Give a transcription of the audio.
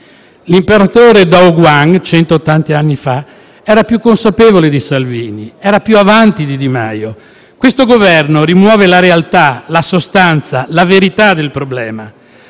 L'imperatore Daoguang, centottant'anni fa, era più consapevole di Salvini; era più avanti di Di Maio. Questo Governo rimuove la realtà, la sostanza, la verità del problema.